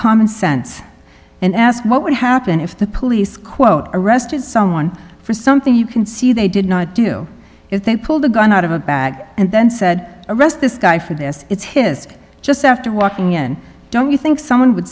common sense and ask what would happen if the police quote arrested someone for something you can see they did not do if they pulled a gun out of a bag and then said arrest this guy for this it's his just after walking in don't you think someone would